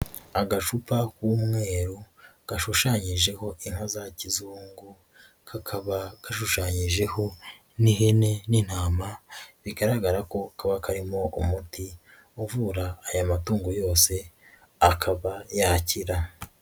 Agacupa k'umweru gashushanyijeho inka za kizungu, kakaba gashushanyijeho n'ihene n'intama bigaragara ko kaba karimo umuti uvura aya matungo yose akaba yakira.